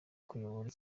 kuyobora